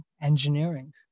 engineering